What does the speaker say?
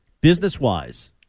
business-wise